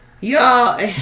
Y'all